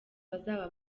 bazaba